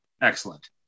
excellent